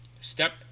step